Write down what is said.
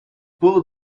pull